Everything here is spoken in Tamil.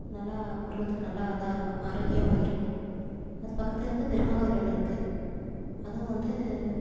நல்லா குடும்பத்துக்கு நல்லா இதாக ஆரோக்கியமாக இருக்கும் அது பக்கத்தில் வந்து பெருமாள் கோவில் ஒன்று இருக்குது அதுவும் வந்து